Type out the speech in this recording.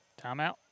Timeout